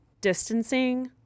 distancing